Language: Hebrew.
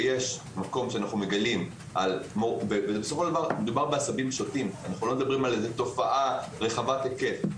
מדובר בעשבים שוטים, לא מדובר בתופעה רחבת היקף.